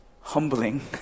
humbling